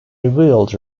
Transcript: revealed